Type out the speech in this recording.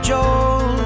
Joel